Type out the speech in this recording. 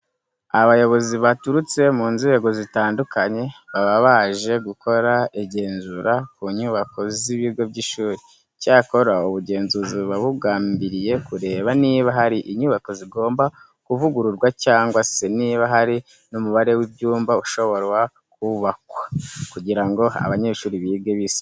Abayobozi baturutse mu nzego zitandukanye baba baje gukora igenzura ku nyubako z'ibigo by'ishuri. Icyakora ubu bugenzuzi buba bugambiriye kureba niba hari inyubako zigomba kuvugururwa cyangwa se niba hari n'umubare w'ibyumba ushobora kubakwa kugira ngo abanyeshuri bige bisanzuye.